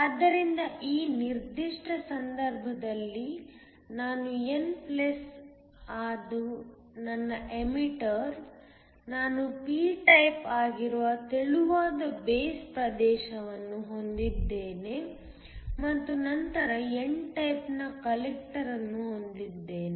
ಆದ್ದರಿಂದ ಈ ನಿರ್ದಿಷ್ಟ ಸಂದರ್ಭದಲ್ಲಿ ನಾನು n ಅದು ನನ್ನ ಎಮಿಟರ್ ನಾನು p ಟೈಪ್ ಆಗಿರುವ ತೆಳುವಾದ ಬೇಸ್ ಪ್ರದೇಶವನ್ನು ಹೊಂದಿದ್ದೇನೆ ಮತ್ತು ನಂತರ n ಟೈಪ್ನ ಕಲೆಕ್ಟರ್ ಅನ್ನು ಹೊಂದಿದ್ದೇನೆ